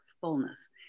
fullness